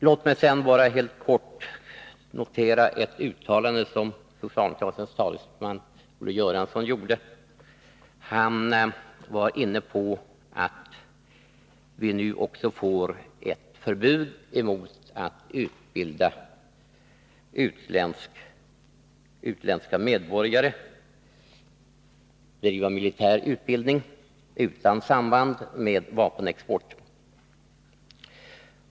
Låt mig sedan bara helt kort notera ett uttalande som socialdemokraternas talesman Olle Göransson gjorde. Han var inne på att vi nu också får ett förbud mot att ge utländska medborgare militär utbildning utan samband med vapenexport.